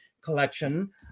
collection